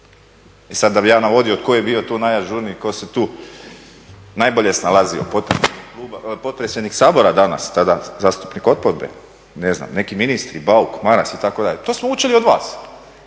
E sad da bi ja navodio tko je bio tu najažurniji tko se tu najbolje snalazio, potpredsjednik Sabora danas tada zastupnik oporbe, ne znam, neki ministri, Bauk, Maras itd. To smo učili od vas,